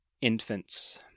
infants